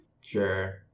Sure